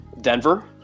Denver